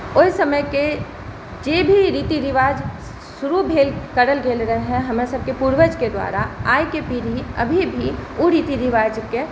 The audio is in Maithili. ओहि समयके जे भी रिति रिवाज शुरु भेल करल गेल रहै हमर सभके पुर्वजके द्वारा आइके पीढ़ी अभी भी ओ रीती रिवाजके